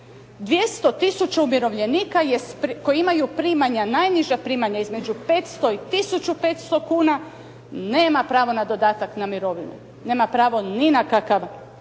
200 tisuća umirovljenika je koji imaju primanja, najniža primanja između 500 i 1500 kuna nema pravo na dodatak na mirovinu. Nema pravo ni na kakav